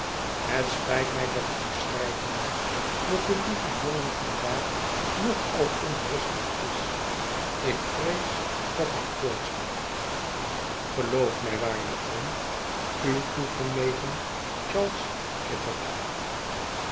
het spijt mij dat ik u schrijven moet dat de lieve jongen van daag nog al onrustig is ik vrees dat hij koorts heeft geloof mij waarde oom uw toegenegen charles kitterbell